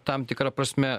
tam tikra prasme